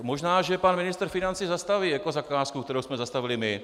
Možná, že pan ministr financí zastaví ekozakázku, kterou jsme zastavili my.